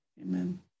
Amen